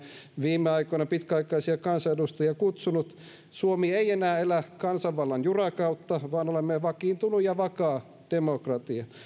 viime aikoina pitkäaikaisia kansanedustajia kutsunut suomi ei enää elä kansanvallan jurakautta vaan olemme vakiintunut ja vakaa demokratia